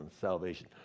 salvation